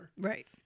Right